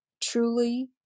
truly